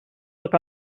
look